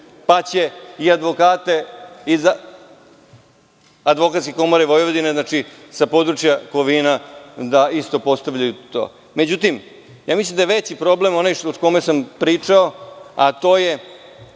pa će i advokate iz Advokatske komore Vojvodine, sa područja Kovina da isto postavljaju tu.Međutim, mislim da je veći problem onaj o kome sam pričao, a to je